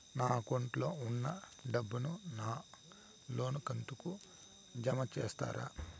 నా అకౌంట్ లో ఉన్న డబ్బును నా లోను కంతు కు జామ చేస్తారా?